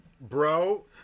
Bro